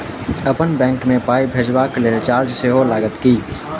अप्पन बैंक मे पाई भेजबाक लेल चार्ज सेहो लागत की?